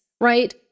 right